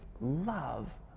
love